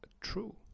true